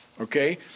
Okay